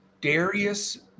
Darius